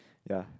ya